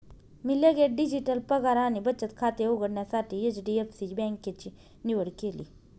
मी लगेच डिजिटल पगार आणि बचत खाते उघडण्यासाठी एच.डी.एफ.सी बँकेची निवड केली